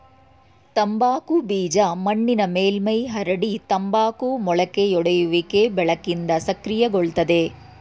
ತಂಬಾಕು ಬೀಜ ಮಣ್ಣಿನ ಮೇಲ್ಮೈಲಿ ಹರಡಿ ತಂಬಾಕು ಮೊಳಕೆಯೊಡೆಯುವಿಕೆ ಬೆಳಕಿಂದ ಸಕ್ರಿಯಗೊಳ್ತದೆ